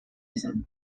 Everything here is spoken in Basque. esan